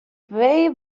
bey